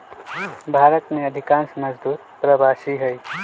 भारत में अधिकांश मजदूर प्रवासी हई